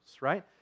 right